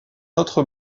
autre